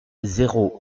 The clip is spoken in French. zéro